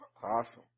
Awesome